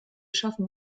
schaffen